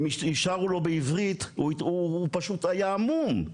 הם שרו לו בעברית, הוא פשוט היה המום,